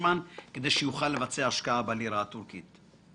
פישמן כדי שיוכל לבצע השקעה בלירה הטורקית?